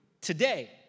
today